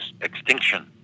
extinction